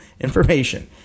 information